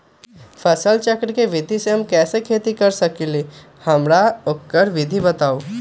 फसल चक्र के विधि से हम कैसे खेती कर सकलि ह हमरा ओकर विधि बताउ?